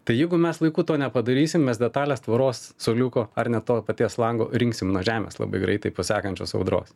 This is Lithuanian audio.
tai jeigu mes laiku to nepadarysim mes detalės tvoros suoliuko ar net to paties lango rinksim nuo žemės labai greitai po sekančios audros